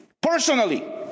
personally